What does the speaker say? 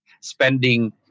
spending